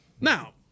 Now